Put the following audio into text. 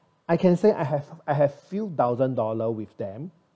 I can say I have I have few thousand dollar with them